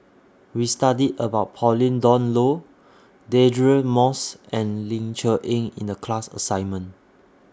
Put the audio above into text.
We studied about Pauline Dawn Loh Deirdre Moss and Ling Cher Eng in The class assignment